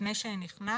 לפני שנכנסתי,